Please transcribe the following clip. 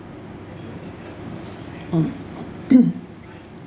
mm